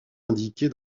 indiqué